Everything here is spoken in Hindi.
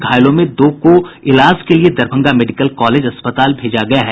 घायलों में दो लोगों को इलाज के लिये दरभंगा मेडिकल कॉलेज अस्पताल भेजा गया है